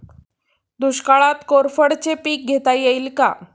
दुष्काळात कोरफडचे पीक घेता येईल का?